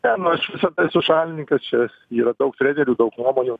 ne nu aš esu šalininkas čia yra daug trenerių daug nuomonių